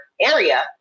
area